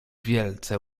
wielce